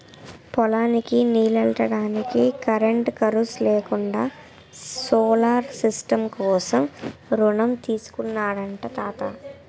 పొలానికి నీల్లెట్టడానికి కరెంటు ఖర్సు లేకుండా సోలార్ సిస్టం కోసం రుణం తీసుకున్నాడట తాత